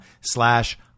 slash